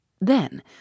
Then